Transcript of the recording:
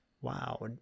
Wow